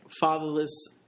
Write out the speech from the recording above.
fatherless